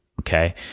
okay